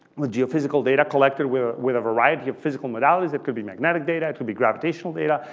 the geophysical data collected with with a variety of physical modalities, it could be magnetic data, it could be gravitational data,